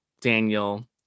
daniel